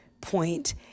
point